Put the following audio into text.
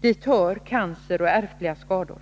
Dit hör cancer och ärftlighetsskador.